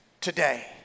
today